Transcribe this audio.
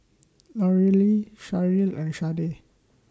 Lorelei Sherrill and Sharde